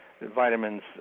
vitamins